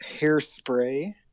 Hairspray